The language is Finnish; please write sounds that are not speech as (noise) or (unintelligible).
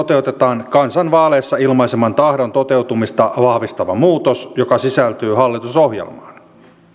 (unintelligible) toteutetaan kansan vaaleissa ilmaiseman tahdon toteutumista vahvistava muutos joka sisältyy hallitusohjelmaan